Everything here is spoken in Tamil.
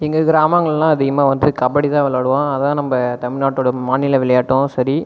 எங்கள் கிராமங்களிலாம் அதிகமாக வந்து கபடி தான் விளையாடுவோம் அதுதான் நம்ம தமிழ்நாட்டோடய மாநில விளையாட்டும் சரி